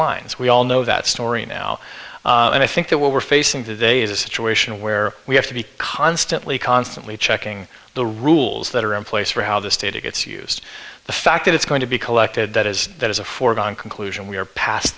lines we all know that story now and i think that what we're facing today is a situation where we have to be constantly constantly checking the rules that are in place for how this data gets used the fact that it's going to be collected that is that is a foregone conclusion we're past